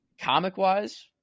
comic-wise